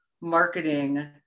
marketing